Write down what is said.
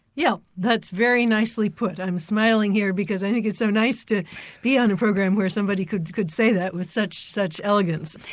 yeah that's very nicely put. i'm smiling here because i think it's so nice to be on a program where somebody could could say that with such such elegance.